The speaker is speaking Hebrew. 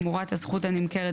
תמורת הזכות הנמכרת,